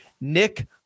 Nick